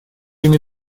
ими